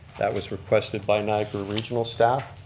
that was requested by niagara regional staff.